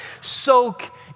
Soak